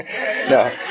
No